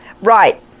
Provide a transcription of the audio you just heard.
Right